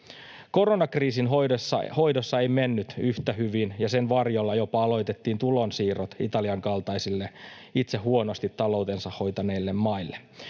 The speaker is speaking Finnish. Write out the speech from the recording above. Koronakriisin hoidossa ei mennyt yhtä hyvin, ja sen varjolla jopa aloitettiin tulonsiirrot Italian kaltaisille, itse huonosti taloutensa hoitaneille maille.